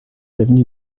avenue